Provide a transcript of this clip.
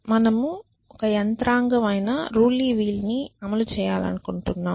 మనము ఒక యంత్రాంగం అయిన రూలీ వీల్ ని అమలు చేయాలనుకుంటున్నాము